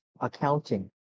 accounting